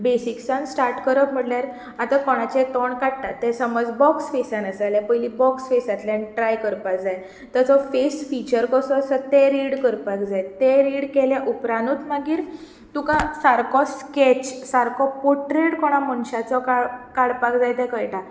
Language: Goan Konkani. बेसीक्सान स्टार्ट करप म्हटल्यार आतां कोणाचें तोंड काडटा तें समज बाॅक्स फेसान आसा जाल्यार बाॅक्स फेसान ट्राय करपाक जाय तो फेस फिचर कसो आसा तो तें रिड करपाक जाय तें रिड केलें उपरांत मागीर तुका सारको स्केच सारको पोट्रेट कोणा मनशाचो काडपाक जाय तें कळटा